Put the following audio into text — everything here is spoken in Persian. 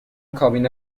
کابین